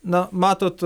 na matot